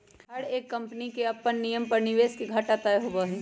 हर एक कम्पनी के अपन नियम पर निवेश के घाटा तय होबा हई